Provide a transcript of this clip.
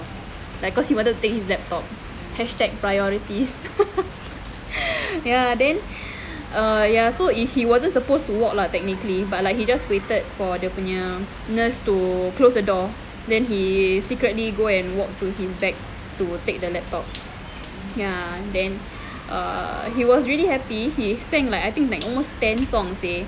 ya cause he wanted to take his laptop hashtag priorities ya then err ya so he he wasn't supposed to walk lah technically but like he just waited for dia punya nurse to close the door then he secretly go and walk to his bag to take the laptop ya then err he was really happy I think he sang like I think like almost ten songs seh